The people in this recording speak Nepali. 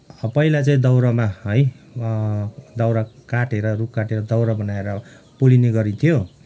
पहिला चाहिँ दाउरामा है दाउरा काटेर रुख काटेर दाउरा बनाएर पुरिने गरिन्थ्यो